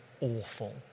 awful